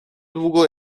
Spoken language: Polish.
długo